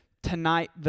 Tonight